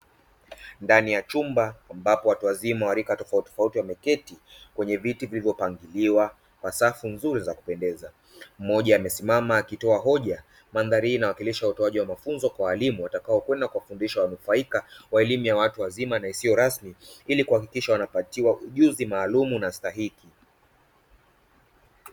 Ndani ya chumba ambapo watu wazima wa rika tofautitofauti wameketi kwenye viti vilivyopangiliwa kwa safu nzuri za kupendeza, mmoja amesimama akitoa hoja. Mandhari hii inawakilisha utoaji wa mafunzo kwa walimu watakao kwenda kuwafundisha wanufaika wa elimu ya watu wazima na isiyo rasmi ili kuhakikisha wanapatiwa ujuzi maalumu na stahiki.